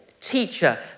Teacher